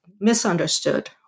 misunderstood